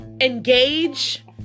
engage